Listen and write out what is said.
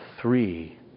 Three